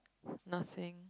nothing